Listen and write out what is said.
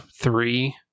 three